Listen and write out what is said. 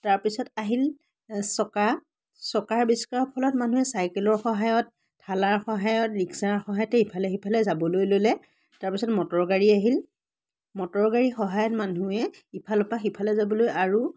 তাৰ পিছত আহিল চকা চকাৰ আৱিষ্কাৰৰ ফলত মানুহে চাইকেলৰ সহায়ত ঠেলাৰ সহায়ত ৰিক্সাৰ সহায়তেই ইফালে সিফালে যাবলৈ ল'লে তাৰ পিছত মটৰ গাড়ী আহিল মটৰ গাড়ীৰ সহায়ত মানুহে ইফালৰ পৰা সিফালৈ যাবলৈ আৰু